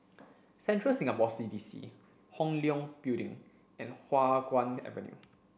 Central Singapore C D C Hong Leong Building and Hua Guan Avenue